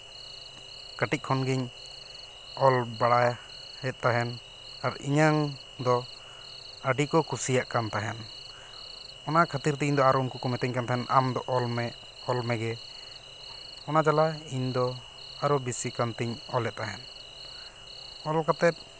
ᱠᱟᱹᱴᱤᱡ ᱠᱷᱚᱱ ᱜᱤᱧ ᱚᱞ ᱵᱟᱲᱟᱭᱮᱫ ᱛᱟᱦᱮᱱ ᱟᱨ ᱤᱧᱟᱹᱝ ᱫᱚ ᱟᱹᱰᱤ ᱠᱚ ᱠᱩᱥᱤᱭᱟᱜ ᱠᱟᱱ ᱛᱟᱦᱮᱱ ᱚᱱᱟ ᱠᱷᱟᱹᱛᱤᱨᱛᱮ ᱟᱨ ᱤᱧ ᱫᱚ ᱩᱱᱠᱩ ᱠᱚ ᱢᱤᱛᱟᱹᱧ ᱠᱟᱱ ᱛᱟᱦᱮᱱ ᱟᱢ ᱫᱚ ᱚᱞᱢᱮ ᱚᱞ ᱢᱮᱜᱮ ᱚᱱᱟ ᱡᱟᱞᱟ ᱤᱧ ᱫᱚ ᱟᱨᱚ ᱵᱤᱥᱤ ᱠᱟᱱᱛᱮᱧ ᱚᱞᱮᱫ ᱛᱟᱦᱮᱸᱫ ᱚᱞ ᱠᱟᱛᱮᱫ